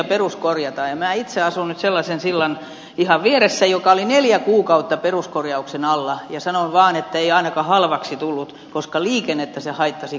minä itse asun nyt ihan sellaisen sillan vieressä joka oli neljä kuukautta peruskorjauksen alla ja sanon vaan että ei ainakaan halvaksi tullut koska liikennettä se haittasi koko sen ajan